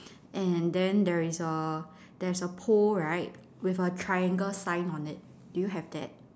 and then there is a there's a pole right with a triangle sign on it do you have that